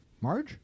Marge